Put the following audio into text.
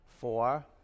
four